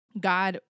God